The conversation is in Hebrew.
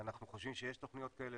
אנחנו חושבים שיש תוכניות כאלה,